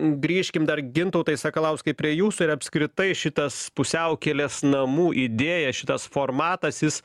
grįžkim dar gintautai sakalauskai prie jūsų ir apskritai šitas pusiaukelės namų idėja šitas formatas jis